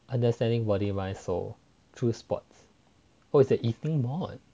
understanding body mind soul through sports oh its an everning mod